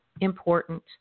important